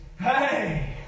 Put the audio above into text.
Hey